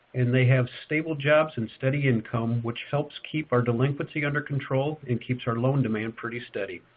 and they have stable jobs and steady income, which helps keep our delinquency under control and keeps our loan demand pretty steady.